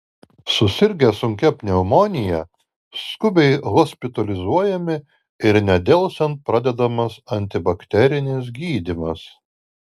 susirgę sunkia pneumonija skubiai hospitalizuojami ir nedelsiant pradedamas antibakterinis gydymas